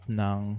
ng